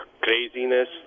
craziness